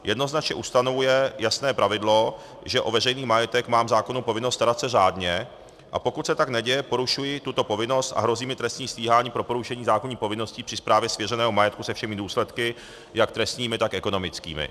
Jednoznačně ustanovuje jasné pravidlo, že o veřejný majetek mám zákonnou povinnost starat se řádně, a pokud se tak neděje, porušuji tuto povinnost a hrozí mi trestní stíhání pro porušení zákonných povinností při správě svěřeného majetku se všemi důsledky jak trestními, tak ekonomickými.